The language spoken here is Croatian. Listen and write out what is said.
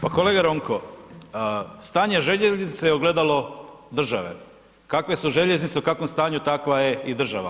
Pa kolega Ronko, stanje željeznice je ogledalo države, kakve su željeznice u kakvom stanju, takva je i država.